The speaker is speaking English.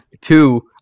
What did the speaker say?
two